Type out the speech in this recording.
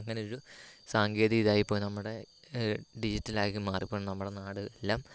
അങ്ങനൊരു സാങ്കേതിക ഇതായിപ്പോയി നമ്മുടെ ഡിജിറ്റലാക്കി മാറിയപ്പോൾ നമ്മുടെ നാട് എല്ലാം